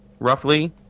roughly